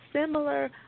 similar